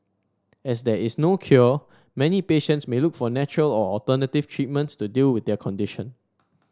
as there is no cure many patients may look for natural or alternative treatments to deal with their condition